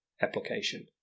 application